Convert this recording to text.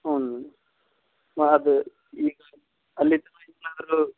ಹ್ಞೂ ಅದು ಈಗ ಅಲ್ಲಿ